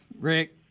Rick